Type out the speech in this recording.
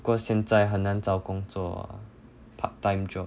不过现在很难找工作 part time job